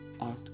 art